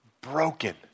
Broken